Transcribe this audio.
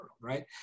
right